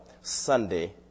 Sunday